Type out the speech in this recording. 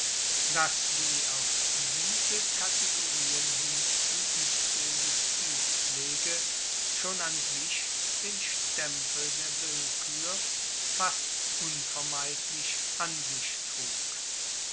dass die auf diese kategorien hin geuebte justizpflege schon an sich den stempel der willkuer fast unvermeidlich an sich trug